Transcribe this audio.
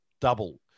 Double